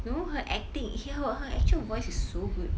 no her acting her her actual voice is so good